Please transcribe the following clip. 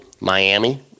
Miami